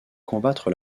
combattre